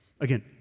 Again